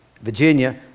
virginia